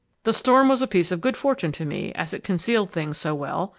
the storm was a piece of good fortune to me, as it concealed things so well,